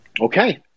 Okay